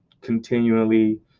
continually